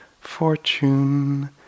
fortune